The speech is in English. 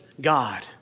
God